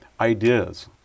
ideas